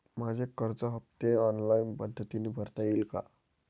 माझे कर्ज हफ्ते ऑनलाईन पद्धतीने भरता येतील का?